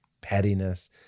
pettiness